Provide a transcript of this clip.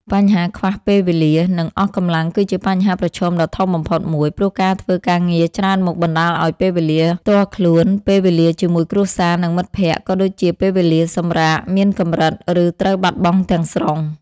បញ្ហាខ្វះពេលវេលា និងអស់កម្លាំងគឺជាបញ្ហាប្រឈមដ៏ធំបំផុតមួយ ព្រោះការធ្វើការងារច្រើនមុខបណ្តាលឱ្យពេលវេលាផ្ទាល់ខ្លួន ពេលវេលាជាមួយគ្រួសារ និងមិត្តភក្តិ ក៏ដូចជាពេលវេលាសម្រាកមានកម្រិត ឬត្រូវបាត់បង់ទាំងស្រុង។